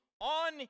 on